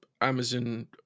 Amazon